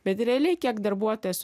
bet realiai kiek darbuotojas